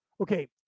okay